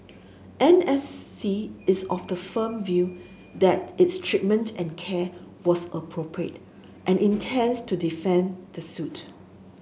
N S C is of the firm view that its treatment and care was appropriate and intends to defend the suit